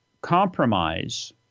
compromise